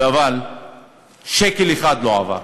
אבל שקל אחד לא עבר.